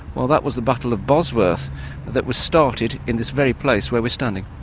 well that was the battle of bosworth that was started in this very place where we're standing.